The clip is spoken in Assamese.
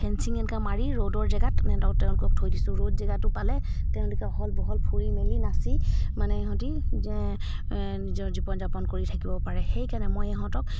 ফেঞ্চিং এনেকৈ মাৰি ৰ'দৰ জেগাত সহক তেওঁলোকক থৈ দিছোঁ ৰ'দ জেগাটো পালে তেওঁলোকে আহল বহল ফুৰি মেলি নাচি মানে ইহঁতি যে নিজৰ জীৱন যাপন কৰি থাকিব পাৰে সেইকাৰণে মই ইহঁতক